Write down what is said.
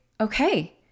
okay